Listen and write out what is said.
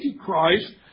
Antichrist